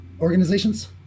organizations